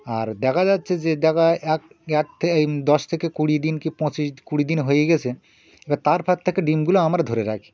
আর দেখা যাচ্ছে যে দেখা এক এক এই দশ থেকে কুড়ি দিন কি পঁচিশ কুড়ি দিন হয়ে গেছে এবার তারপর থেকে ডিমগুলো আমরা ধরে রাখি